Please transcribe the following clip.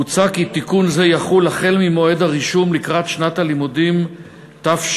מוצע כי תיקון זה יחול החל ממועד הרישום לקראת שנת הלימודים תשע"ה.